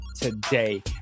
today